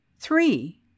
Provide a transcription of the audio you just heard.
Three